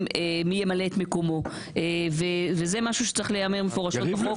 מי ימלא את מקומו וזה משהו שצריך להיאמר מפורשות בחוק.